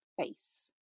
face